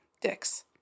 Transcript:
Dicks